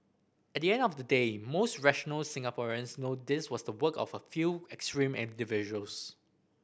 at the end of the day most rational Singaporeans know this was the work of a few extreme individuals